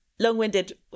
long-winded